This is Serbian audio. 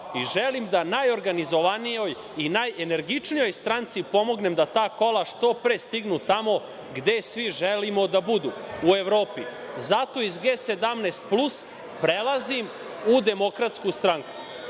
i želim da najorganizovanijoj i najenergičnijoj stranci pomognem da ta kola što pre stignu tamo gde svi želimo da budu, u Evropi. Zato iz G17 plus prelazim u DS, a